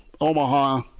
omaha